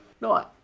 No